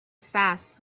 fast